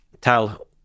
tell